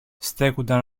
στέκουνταν